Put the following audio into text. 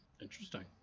Interesting